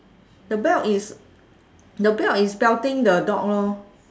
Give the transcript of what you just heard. the belt is the belt is belting the dog lor